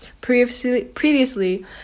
Previously